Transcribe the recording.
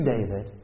David